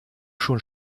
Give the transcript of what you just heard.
schon